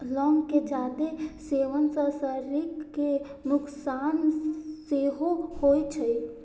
लौंग के जादे सेवन सं शरीर कें नुकसान सेहो होइ छै